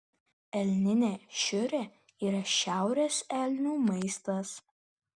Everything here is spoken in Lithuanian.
elninė šiurė yra šiaurės elnių maistas